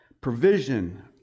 provision